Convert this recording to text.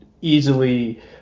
easily